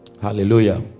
hallelujah